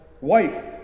Wife